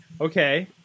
Okay